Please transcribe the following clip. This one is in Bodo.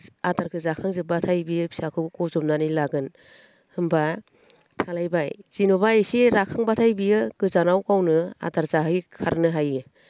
आदारखौ जाखांजोबब्लाथाय बियो फिसाखौ बजबनानै लागोन होमबा खालामबाय जेन'बा एसे राखांब्लाथाय बियो गोजानाव गावनो आदार जाहोयो खारनो हायो